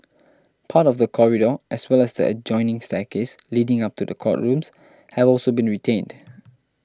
part of the corridor as well as the adjoining staircase leading up to the courtrooms have also been retained